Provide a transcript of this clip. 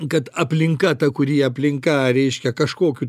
kad aplinka ta kuri aplinka reiškia kažkokiu